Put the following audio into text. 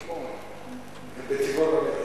גם טבעון.